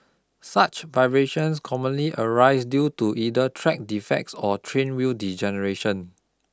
such vibrations commonly arise due to either track defects or train wheel degradation